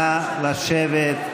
נא לשבת.